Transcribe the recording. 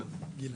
כשנולדתי.